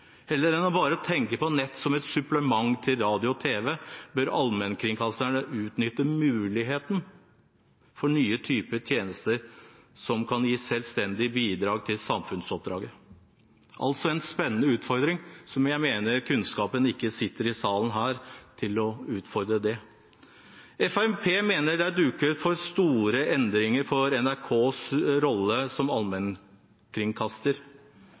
bare å tenke på nett som et supplement til radio og tv bør allmennkringkasterne utnytte muligheten for nye typer tjenester som kan gi selvstendig bidrag til samfunnsoppdraget. Det er en spennende utfordring som jeg mener denne salen ikke har kunnskap til å utfordre. Fremskrittspartiet mener det er duket for store endringer for NRKs rolle som allmennkringkaster.